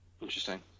Interesting